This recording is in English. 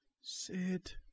Sit